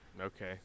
Okay